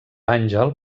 àngel